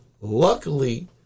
Luckily